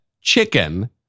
chicken